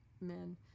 men